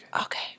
Okay